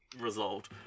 resolved